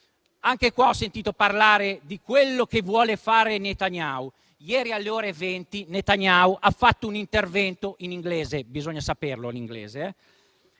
diversa. Ho sentito parlare di quello che vuole fare Netanyahu. Ieri alle ore 20 Netanyahu ha fatto un intervento in inglese - bisogna conoscere l'inglese